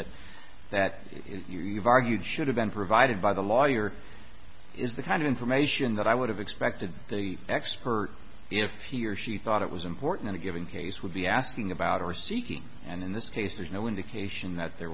that that you've argued should have been provided by the lawyer is the kind of information that i would have expected that the expert if he or she thought it was important in a given case would be asking about or seeking and in this case there's no indication that the